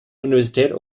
universität